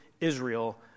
Israel